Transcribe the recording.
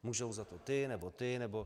Můžou za to ti, nebo ti, nebo...